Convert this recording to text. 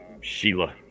Sheila